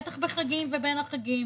בטח בחגים וביניהם.